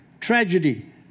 tragedy